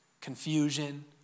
confusion